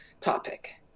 topic